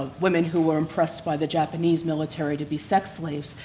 ah women who were impressed by the japanese military to be sex slaves,